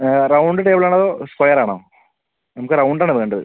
round table ആണോ square ആണോ നമുക്ക് റൗണ്ട് ആണ് വേണ്ടത്